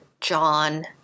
John